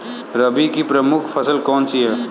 रबी की प्रमुख फसल कौन सी है?